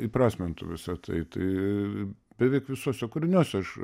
įprasmintų visa tai tai beveik visuose kūriniuose aš